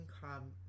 come